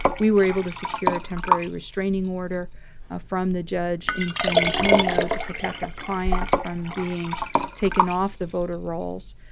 we were able to secure a temporary restraining order ah from the judge in san antonio to protect our clients from being taken off the voter rolls.